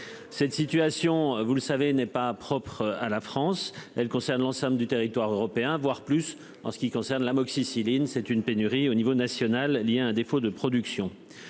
Cette situation vous le savez n'est pas propre à la France, elle concerne l'ensemble du territoire européen, voire plus. En ce qui concerne l'Amoxicilline c'est une pénurie au niveau national il y a un défaut de production.